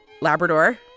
Labrador